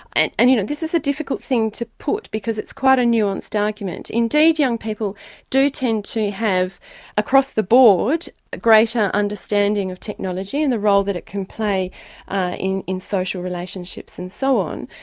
and and you know this is a difficult thing to put because it's quite a nuanced argument. indeed young people do tend to have across the board a greater understanding of technology and the role that it can play in in social relationships and so on,